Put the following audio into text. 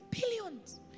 Billions